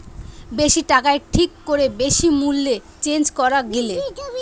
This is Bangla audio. বেশি টাকায় ঠিক করে বেশি মূল্যে চেঞ্জ করা গিলে